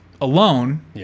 alone